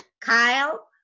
Kyle